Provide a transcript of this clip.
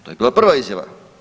To je bila prva izjava.